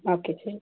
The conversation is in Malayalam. ഓക്കെ ശരി